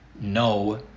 no